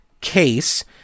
case